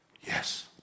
Yes